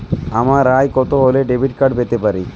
আমার আয় কত হলে ডেবিট কার্ড পেতে পারি?